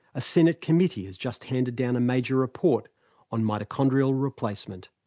a senate committee has just handed down a major report on mitochondrial replacement.